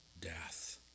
death